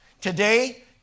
Today